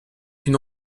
une